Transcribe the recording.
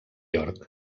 york